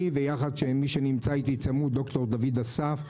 אני וד"ר דוד אסף שנמצא איתי צמוד,